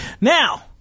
Now